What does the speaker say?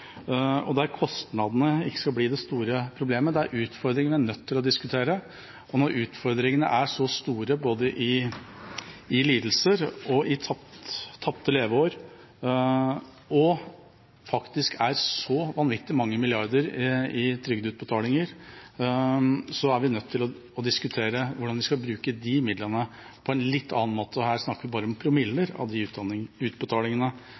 der kostnadene ikke skal bli det store problemet. Det er utfordringer vi er nødt til å diskutere, og når utfordringene er så store både i lidelser og i tapte leveår og faktisk utgjør så vanvittig mange milliarder i trygdeutbetalinger, er vi nødt til å diskutere hvordan vi skal bruke de midlene på en litt annen måte. Og her snakker vi bare om promiller av